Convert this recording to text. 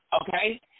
Okay